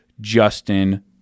Justin